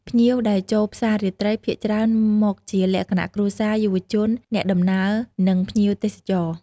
ភ្ញៀវដែលចូលផ្សាររាត្រីភាគច្រើនមកជាលក្ខណៈគ្រួសារ យុវវ័យ អ្នកដំណើរ និងភ្ញៀវទេសចរ។